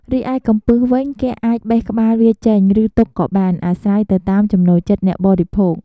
រីឯកំពឹសវិញ គេអាចបេះក្បាលវាចេញ ឬទុកក៏បាន អាស្រ័យទៅតាមចំណូលចិត្តអ្នកបរិភោគ។